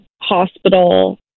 hospital